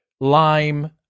Lime